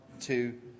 two